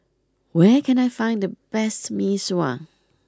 where can I find the best Mee Sua